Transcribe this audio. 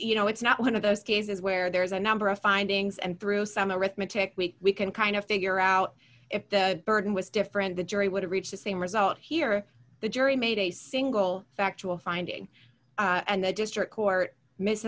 you know it's not one of those cases where there is a number of findings and through some arithmetic we we can kind of figure out if the burden was different the jury would reach the same result here the jury made a single factual finding and the district court mis